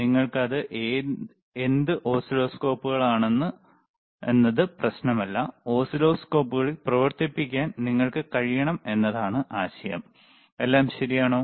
നിങ്ങൾക്ക് എന്ത് ഓസിലോസ്കോപ്പുകളാണെന്നത് പ്രശ്നമല്ല ഓസിലോസ്കോപ്പുകൾ പ്രവർത്തിപ്പിക്കാൻ നിങ്ങൾക്ക് കഴിയണം എന്നതാണ് ആശയം എല്ലാം ശരിയാണോ